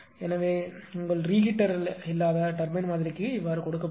எனவே அதுதான் உங்கள் ரிகீட்டர் இல்லாத டர்பைன்மாதிரிக்கு கொடுக்கப்பட்டுள்ளது